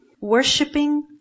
Worshipping